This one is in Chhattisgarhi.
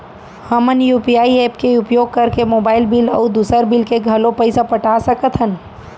हमन यू.पी.आई एप के उपयोग करके मोबाइल बिल अऊ दुसर बिल के घलो पैसा पटा सकत हन